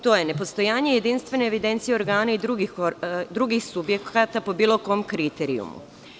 To je nepostojanje jedinstvene evidencije organa i drugih subjekata po bilo kom kriterijumu.